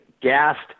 gassed